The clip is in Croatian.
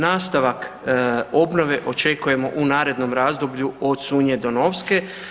Nastavak obnove očekujemo u narednom razdoblju od Sunje do Novske.